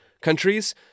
countries